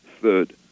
Third